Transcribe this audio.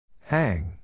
Hang